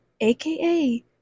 aka